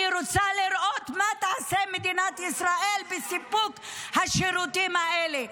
אני רוצה לראות מה תעשה מדינת ישראל בסיפוק השירותים האלה.